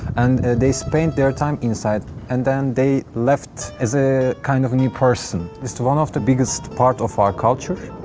and they spent their time inside. and then they left as a kind of a new person. it's one of the biggest part of our culture,